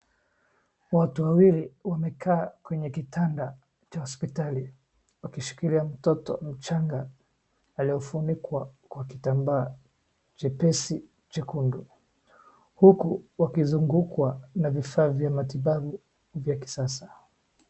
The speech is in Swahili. Watu wawili wamekaa kwenye kitanda cha hospitali wakishikilia mtoto mchanga aliyofunikwa kwa kitambaa chepesi chekundu. Huku wakizungukwa na vifaa vya matibabu vya kisasa.